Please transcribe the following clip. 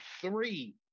Three